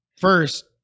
First